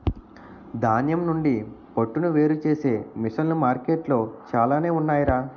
ధాన్యం నుండి పొట్టును వేరుచేసే మిసన్లు మార్కెట్లో చాలానే ఉన్నాయ్ రా